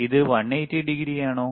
ഇത് 180 ഡിഗ്രിയാണോ